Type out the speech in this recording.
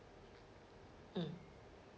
mm